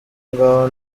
ngaho